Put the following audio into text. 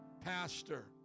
pastor